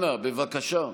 אנא, בבקשה.